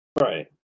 Right